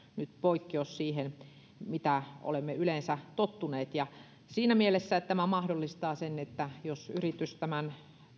nyt poikkeus siihen mihin olemme yleensä tottuneet siinä mielessä tämä mahdollistaa sen että jos yritys tämän